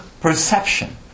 perception